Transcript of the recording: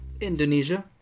Indonesia